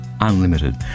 unlimited